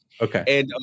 Okay